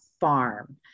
farm